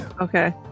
Okay